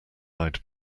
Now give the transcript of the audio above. eyed